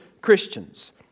Christians